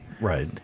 right